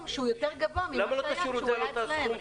שהוא יותר גבוה ממקרים שהכלב היה אצלן.